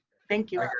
thank you.